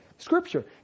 scripture